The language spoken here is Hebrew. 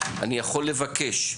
אני יכול לבקש.